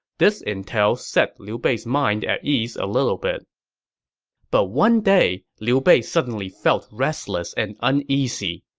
this intel set liu bei's mind at ease a little bit but one day, liu bei suddenly felt restless and uneasy.